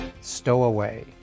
Stowaway